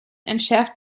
entschärft